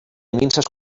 minses